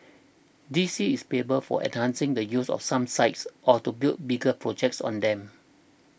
D C is payable for enhancing the use of some sites or to build bigger projects on them